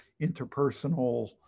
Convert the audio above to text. interpersonal